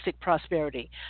prosperity